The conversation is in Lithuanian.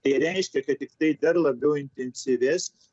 tai reiškia kad tiktai dar labiau intensyvės